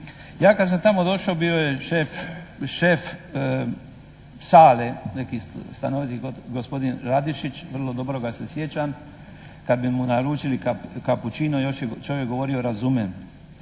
Ja kad sam tamo došao bio je šef sale, neki stanoviti gospodin Radišić, vrlo dobro ga se sjećam kad bi mu naručili kapučino još je čovjek govorio: "Razumem."